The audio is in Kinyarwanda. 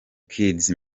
kids